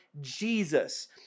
Jesus